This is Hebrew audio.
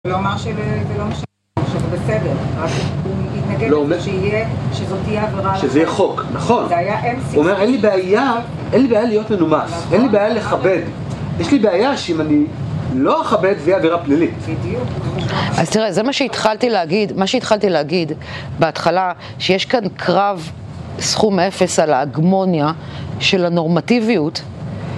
הוא לא אמר שזה לא מש… שזה בסדר, הוא רק התנגד שיהיה שזאת תהיה עבירה על החוק, שזה יהיה חוק, נכון, זה היה הוא אומר אין לי בעיה, אין לי בעיה להיות מנומס, אין לי בעיה לכבד, יש לי בעיה שאם אני לא אכבד, זה יהיה עבירה פלילית. אז תראה, זה מה שהתחלתי להגיד מה שהתחלתי להגיד בהתחלה, שיש כאן קרב סכום אפס על ההגמוניה של הנורמטיביות.